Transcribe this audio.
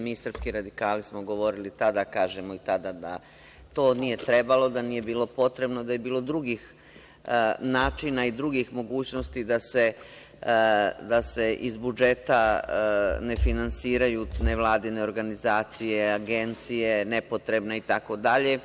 Mi srpski radikali smo govorili tada, kažemo i tada da to nije trebalo, da nije bilo potrebno, da je bilo drugih načina i drugih mogućnosti da se iz budžeta ne finansiraju nevladine organizacije, agencije nepotrebne itd.